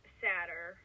sadder